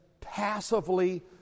passively